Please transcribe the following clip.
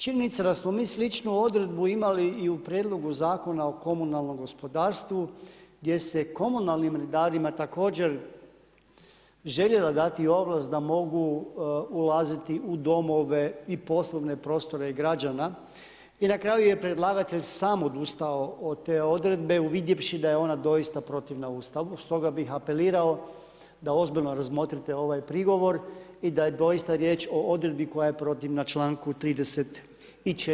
Činjenica je da smo mi sličnu odredbu imali i u prijedlogu zakona o komunalnom gospodarstvu, gdje se komunalnim redarima također željela dati ovlast da mogu ulaziti u domove i poslovne prostore građana i na kraju je predlagatelj sam odustao od te odredbe uvidjevši da je ona doista protivna Ustavu, stoga bih apelirao da ozbiljno razmotrite ovaj prigovor i da je doista riječ o odredbi koja je protivna članku 34.